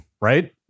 right